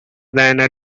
than